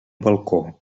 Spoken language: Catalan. balcó